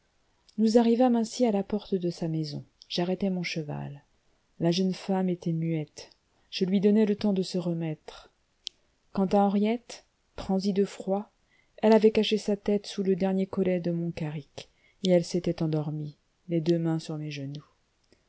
nous arrivâmes ainsi à la porte de sa maison j'arrêtai mon cheval la jeune femme était muette je lui donnai le temps de se remettre quant à henriette transie de froid elle avait caché sa tête sous le dernier collet de mon carrick et elle s'était endormie les deux mains sur mes genoux